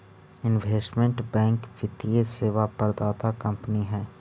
investment bank वित्तीय सेवा प्रदाता कंपनी हई